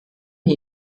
die